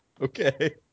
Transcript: Okay